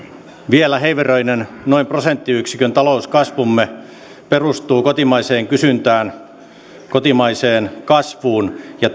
vielä heiveröinen noin prosenttiyksikön talouskasvumme perustuu kotimaiseen kysyntään kotimaiseen kasvuun